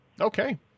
Okay